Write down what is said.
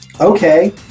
okay